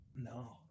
No